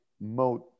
mode